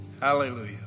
Hallelujah